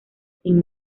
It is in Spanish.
sin